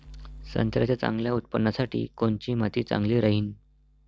संत्र्याच्या चांगल्या उत्पन्नासाठी कोनची माती चांगली राहिनं?